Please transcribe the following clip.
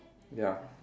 ya